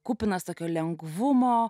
kupinas tokio lengvumo